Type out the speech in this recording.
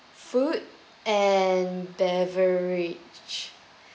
food and beverage